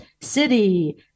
city